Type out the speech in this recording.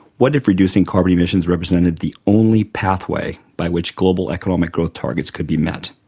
what if reducing carbon emissions represented the only pathway by which global economic growth targets could be met?